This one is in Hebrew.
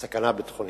סכנה ביטחונית,